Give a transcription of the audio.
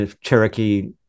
Cherokee